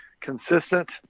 consistent